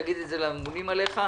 תגיד את זה לממונים עליך,